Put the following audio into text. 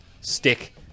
stick